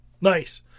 Nice